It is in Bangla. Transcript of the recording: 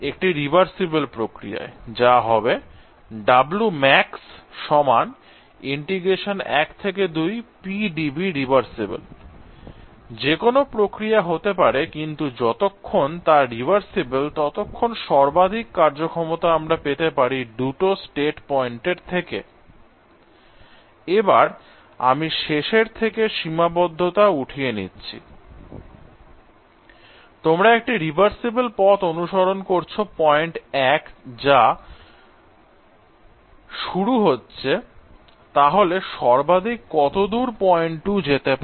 একটি রিভার্সিবল প্রক্রিয়ায় I যা হবে যেকোনো প্রক্রিয়া হতে পারে কিন্তু যতক্ষণ তা রিভার্সিবল ততক্ষণ সর্বাধিক কার্যক্ষমতা আমরা পেতে পারি দুটো স্টেট পয়েন্টের থেকে I এবার আমি শেষের থেকে সীমাবদ্ধতা উঠিয়ে নিচ্ছি I তোমরা একটি রিভার্সিবল পথ অনুসরণ করছ পয়েন্ট 1 থেকে যা শুরু হচ্ছে তাহলে সর্বাধিক কতদূর পয়েন্ট 2 যেতে পারে